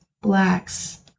Blacks